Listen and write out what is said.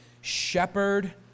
shepherd